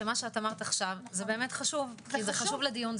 שאמרת עכשיו באמת חשוב לדיון.